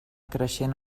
creixent